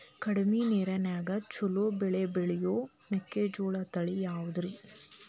ಕಡಮಿ ನೇರಿನ್ಯಾಗಾ ಛಲೋ ಬೆಳಿ ಬೆಳಿಯೋ ಮೆಕ್ಕಿಜೋಳ ತಳಿ ಯಾವುದ್ರೇ?